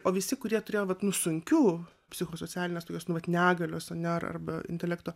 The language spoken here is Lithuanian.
o visi kurie turėjo vat nu sunkiu psichosocialines tokios nu vat negalios ane arba intelekto